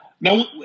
Now